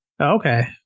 okay